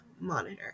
monitor